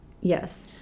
Yes